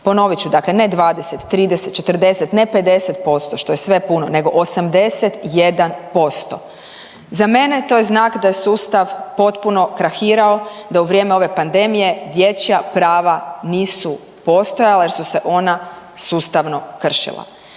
Ponovit ću, dakle ne 20, 30, 40, ne 50%, što je sve puno, nego 81%. Za mene, to je znak da je sustav potpuno krahirao, da u vrijeme ove pandemije dječja prava nisu postojala jer su se ona sustavno kršila.